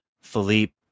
Philippe